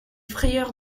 frayeurs